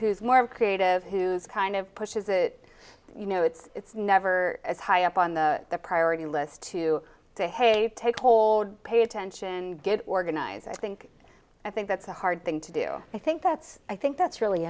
who's more creative who kind of pushes it you know it's never as high up on the priority list to behave take hold pay attention and get organized i think i think that's a hard thing to do i think that's i think that's really